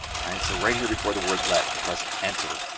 alright? so right here before the word let, i press enter.